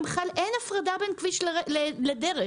אין הפרדה בין כביש לדרך.